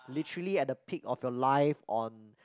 literally at the peak of your life on